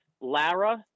Lara